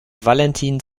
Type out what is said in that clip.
valentin